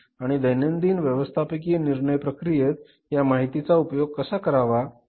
आणि दैनंदिन व्यवस्थापकीय निर्णय प्रक्रियेत या माहितीचा उपयोग कसा करावा